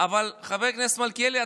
אבל חבר הכנסת מלכיאלי,